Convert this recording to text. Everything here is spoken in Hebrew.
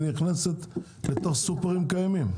היא נכנסת לתוך סופרים קיימים.